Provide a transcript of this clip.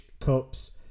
Cups